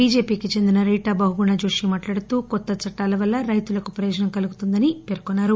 బిజెపికి చెందిన రీటా బహుగుణ జోషి మాట్లాడుతూ కొత్త చట్టాల వల్ల రైతులకు ప్రయోజనం కలుగుతుందని పేర్కొన్నారు